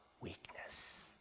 weakness